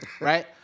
Right